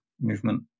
movement